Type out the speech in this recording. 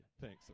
Thanks